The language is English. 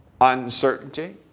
uncertainty